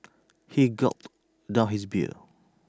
he gulped down his beer